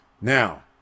now